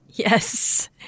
Yes